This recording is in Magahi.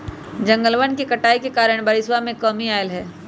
जंगलवन के कटाई के कारण बारिशवा में कमी अयलय है